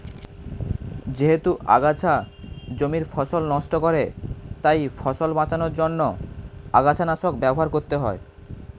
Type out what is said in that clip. যেহেতু আগাছা জমির ফসল নষ্ট করে তাই ফসল বাঁচানোর জন্য আগাছানাশক ব্যবহার করতে হয়